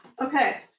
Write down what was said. Okay